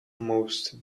most